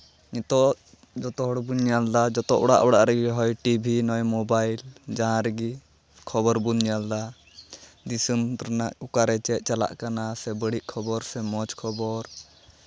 ᱱᱤᱛᱚᱜ ᱡᱚᱛᱚ ᱦᱚᱲ ᱵᱚᱱ ᱧᱮᱞᱫᱟ ᱡᱚᱛᱚ ᱚᱲᱟᱜ ᱚᱲᱟᱜ ᱨᱮᱜᱮ ᱦᱳᱭ ᱴᱤ ᱵᱷᱤ ᱱᱚᱭ ᱢᱳᱵᱟᱭᱤᱞ ᱡᱟᱦᱟᱸ ᱨᱮᱜᱮ ᱠᱷᱚᱵᱚᱨ ᱵᱚᱱ ᱧᱮᱞᱫᱟ ᱫᱤᱥᱚᱢ ᱨᱮᱱᱟᱜ ᱚᱠᱟᱨᱮ ᱪᱮᱫ ᱪᱟᱞᱟᱜ ᱠᱟᱱᱟ ᱥᱮ ᱵᱟᱹᱲᱤᱡ ᱠᱷᱚᱵᱚᱨ ᱥᱮ ᱢᱚᱡᱽ ᱠᱷᱚᱵᱚᱨ